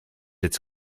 its